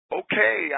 okay